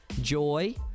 joy